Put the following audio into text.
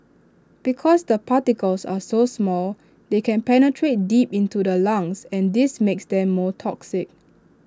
because the particles are so small they can penetrate deep into the lungs and this makes them more toxic